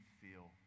feel